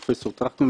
פרופ' טרכטנברג,